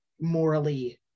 morally